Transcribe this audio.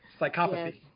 Psychopathy